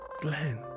Glenn